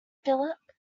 philip